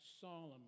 Solomon